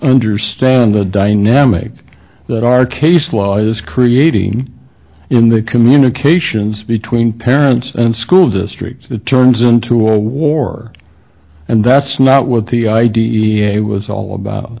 understand the dynamic that our case law is creating in the communications between parents and school districts that turns into a war and that's not what the i d e a was all about